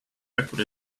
record